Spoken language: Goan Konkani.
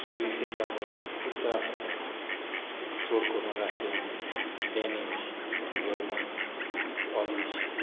सर्विसेक लागून खूब त्रास जाताय चड कोरून राशियन डॅनिश जर्मन पॉलीश